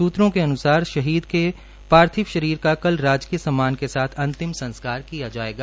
सूत्रों के अन्सार शहीद के पार्थिव शरीर का कल राजकीय सम्मान के साथ अंतिम संस्कार किया जायेगा